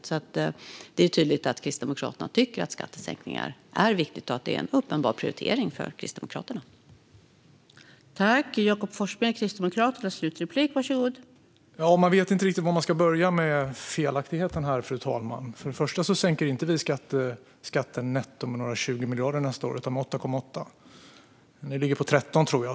Det är alltså tydligt att Kristdemokraterna tycker att skattesänkningar är viktigt och att det är en uppenbar prioritering för er.